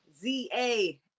Z-A